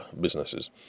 businesses